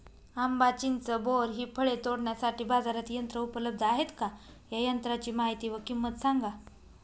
आंबा, चिंच, बोर हि फळे तोडण्यासाठी बाजारात यंत्र उपलब्ध आहेत का? या यंत्रांची माहिती व किंमत सांगा?